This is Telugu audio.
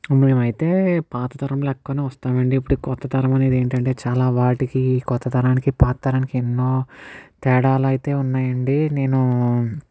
మేము అయితే పాత తరం లెక్కన వస్తాం అండి ఇప్పుడు కొత్త తరం అనేది ఏంటంటే చాలా వాటికి కొత్త తరానికి పాత తరానికి ఎన్నో తేడాలైతే ఉన్నాయండి నేను